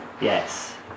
Yes